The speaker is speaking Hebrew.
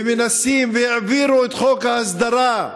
ומנסים, והעבירו, את חוק ההסדרה.